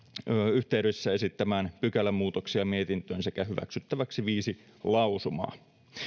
yhteydessä esittämään pykälämuutoksia mietintöön sekä hyväksyttäväksi viisi lausumaa